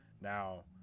Now